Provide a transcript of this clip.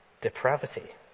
depravity